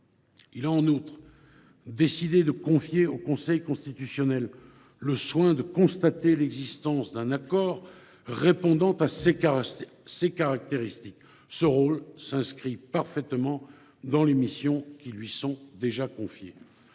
Il a, en outre, décidé de confier au Conseil constitutionnel le soin de constater l’existence d’un accord répondant à ces caractéristiques ; ce rôle s’inscrit parfaitement dans les missions déjà confiées